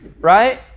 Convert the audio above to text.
right